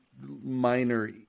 minor